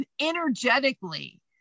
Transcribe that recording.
energetically